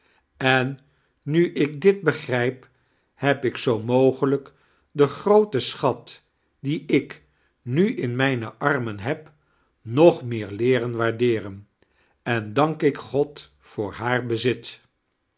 en nu ik dit begrijp heb ik zoo miogelijk den grooten sctoat dien ik nu in mijne armen heb nog meer leeren waardearen en dank ik god voor haar bezit